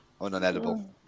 unedible